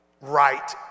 right